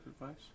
advice